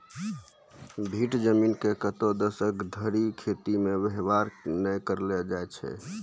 भीठ जमीन के कतै दसक धरि खेती मे वेवहार नै करलो जाय छै